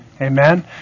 Amen